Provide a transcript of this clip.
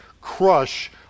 crush